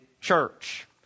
church